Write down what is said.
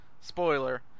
spoiler